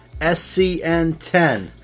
SCN10